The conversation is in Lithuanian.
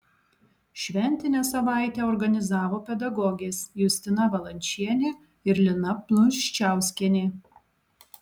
šventinę savaitę organizavo pedagogės justina valančienė ir lina pluščiauskienė